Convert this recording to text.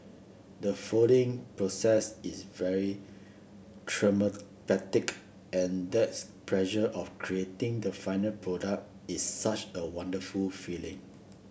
the folding process is very therapeutic and that pleasure of creating the final product is such a wonderful feeling